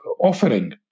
offering